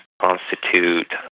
constitute